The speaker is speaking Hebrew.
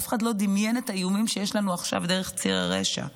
אף אחד לא דמיין את האיומים שיש לנו עכשיו דרך ציר הרשע.